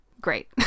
great